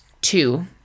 two